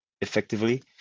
effectively